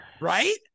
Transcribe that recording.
right